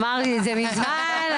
אמרתי את זה מזמן.